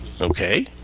Okay